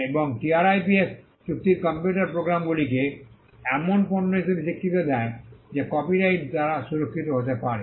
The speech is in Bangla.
এবং টিআরআইপিএস চুক্তি কম্পিউটার প্রোগ্রামগুলিকে এমন পণ্য হিসাবে স্বীকৃতি দেয় যা কপিরাইট দ্বারা সুরক্ষিত হতে পারে